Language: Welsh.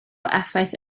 effaith